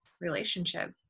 relationship